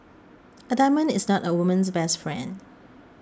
a diamond is not a woman's best friend